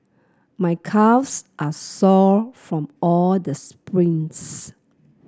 my calves are sore from all the sprints